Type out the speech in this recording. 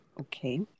Okay